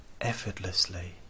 effortlessly